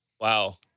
wow